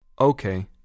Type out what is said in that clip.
Okay